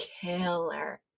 killer